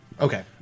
Okay